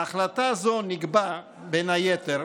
בהחלטה זו נקבע, בין היתר,